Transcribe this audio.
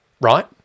right